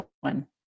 one